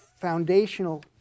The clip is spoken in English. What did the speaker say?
foundational